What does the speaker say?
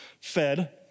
fed